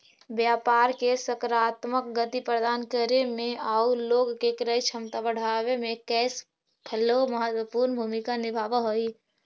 व्यापार के सकारात्मक गति प्रदान करे में आउ लोग के क्रय क्षमता बढ़ावे में कैश फ्लो महत्वपूर्ण भूमिका निभावऽ हई